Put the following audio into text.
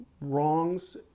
wrongs